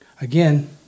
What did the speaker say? Again